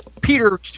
Peter